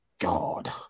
God